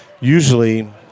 usually